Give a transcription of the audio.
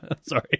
Sorry